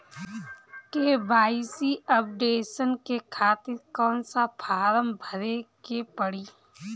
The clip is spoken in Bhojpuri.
के.वाइ.सी अपडेशन के खातिर कौन सा फारम भरे के पड़ी?